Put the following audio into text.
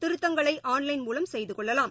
திருத்தங்களைஆன்லைன் மூலம் செய்துகொள்ளலாம்